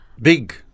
big